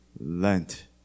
Lent